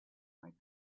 might